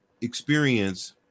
experience